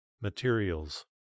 Materials